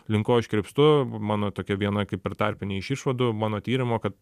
link ko aš krypstu mano tokia viena kaip ir tarpinė iš išvadų mano tyrimo kad